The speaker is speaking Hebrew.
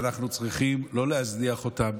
ואנחנו צריכים לא להזניח אותם,